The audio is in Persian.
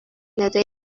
ندای